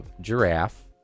giraffe